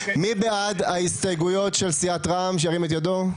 מי בעד ההסתייגויות של סיעת רע"מ שירים את ידו.